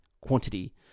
quantity